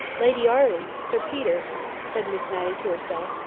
lady arley sir peter said miss matty to herself,